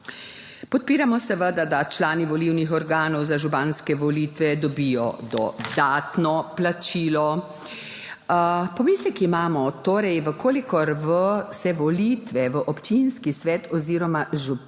Podpiramo seveda, da člani volilnih organov za županske volitve dobijo dodatno plačilo. Pomislek imamo, če se volitve v občinski svet oziroma za